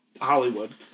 Hollywood